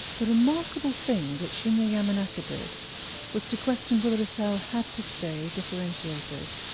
the remarkable thing that shinya yamanaka did was to question whether a cell had to stay differentiated.